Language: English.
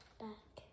back